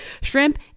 shrimp